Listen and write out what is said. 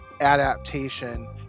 adaptation